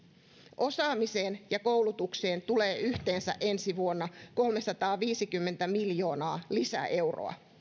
osaamiseen ja koulutukseen tulee yhteensä ensi vuonna kolmesataaviisikymmentä miljoonaa lisäeuroa